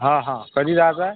हा हा कधी जायचं आहे